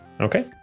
Okay